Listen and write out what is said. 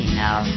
now